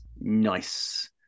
Nice